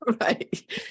Right